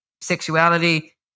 sexuality